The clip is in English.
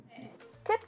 Tip